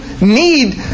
need